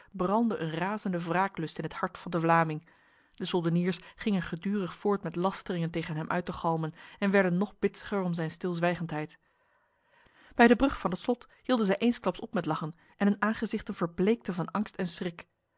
een razende wraaklust in het hart van de vlaming de soldeniers gingen gedurig voort met lasteringen tegen hem uit te galmen en werden nog bitsiger om zijn stilzwijgendheid bij de brug van het slot hielden zij eensklaps op met lachen en hun aangezichten verbleekten van angst en schrik